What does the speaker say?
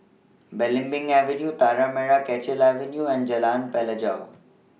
Belimbing Avenue Tanah Merah Kechil Avenue and Jalan Pelajau